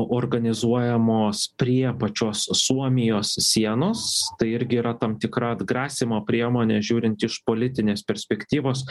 organizuojamos prie pačios suomijos sienos tai irgi yra tam tikra atgrasymo priemonė žiūrint iš politinės perspektyvos